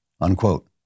Unquote